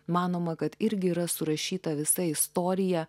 manoma kad irgi yra surašyta visa istorija